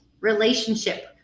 relationship